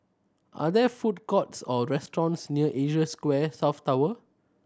are there food courts or restaurants near Asia Square South Tower